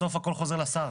בסוף הכל חוזר לשר.